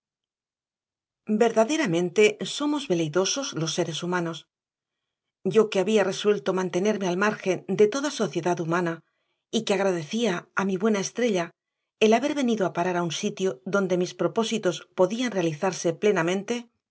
verdaderamente somos veleidosos los seres humanos yo que había resuelto mantenerme al margen de toda sociedad humana y que agradecía a mi buena estrella el haber venido a parar a un sitio donde mis propósitos podían realizarse plenamente